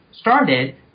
started